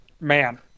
man